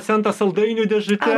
centą saldainių dėžute